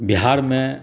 बिहारमे